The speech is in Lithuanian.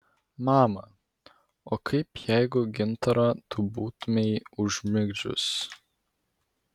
mama o kaip jeigu gintarą tu būtumei užmigdžius